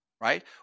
Right